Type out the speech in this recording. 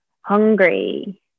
hungry